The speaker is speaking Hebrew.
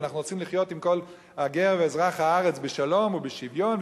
ואנחנו רוצים לחיות עם כל הגר ואזרח הארץ בשלום ובשוויון,